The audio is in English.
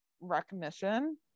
recognition